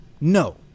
No